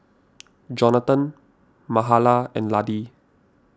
Jonatan Mahala and Laddie